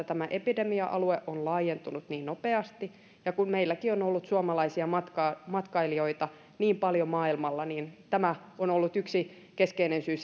tämä epidemia alue on laajentunut niin nopeasti ja kun meilläkin on on ollut suomalaisia matkailijoita niin paljon maailmalla niin tämä on ollut yksi keskeinen syy